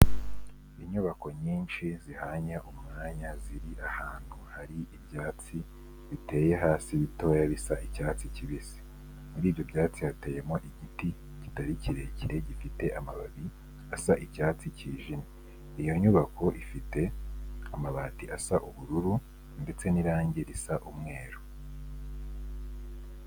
Inyubako nyinshi zihanye umwanya ziri ahantu hari ibyatsi biteye hasi bitoya bisa icyatsi kibisi, muri ibyo byatsi hateyemo igiti kitari kirekire gifite amababi asa icyatsi kijimye, iyo nyubako ifite amabati asa ubururu ndetse n'irangi risa umweru.